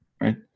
right